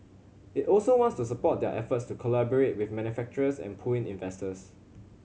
it also wants to support their efforts to collaborate with manufacturers and pull in investors